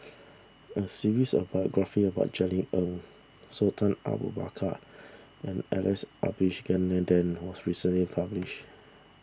a series of biographies about Jerry Ng Sultan Abu Bakar and Alex Abisheganaden was recently published